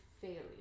failure